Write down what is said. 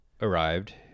arrived